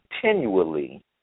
continually